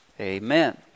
Amen